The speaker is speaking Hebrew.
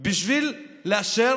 בשביל לאשר